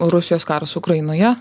rusijos karas ukrainoje